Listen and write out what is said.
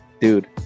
Dude